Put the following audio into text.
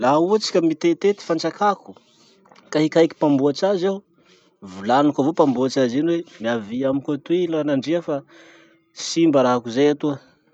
Laha ohatsy ka mitete ty fantsakako ka hikaiky mpamboatsy azy aho, volaniko avao mpamboatsy azy iny hoe miavia amiko atoy ranandria fa simba rahako zay atoa.